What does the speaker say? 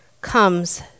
comes